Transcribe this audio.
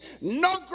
no